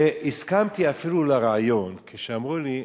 והסכמתי אפילו לרעיון כשאמרו לי,